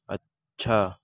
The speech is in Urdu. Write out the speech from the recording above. اچھا